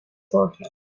forehead